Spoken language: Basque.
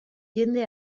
jende